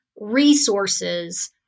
resources